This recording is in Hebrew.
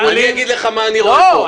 --- בצלאל, אני אגיד לך מה אני רואה פה.